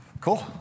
Cool